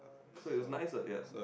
so it's nice lah ya